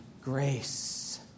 grace